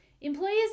employers